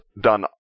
done